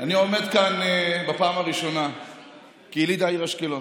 אני עומד כאן בפעם הראשונה כיליד העיר אשקלון.